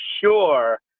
sure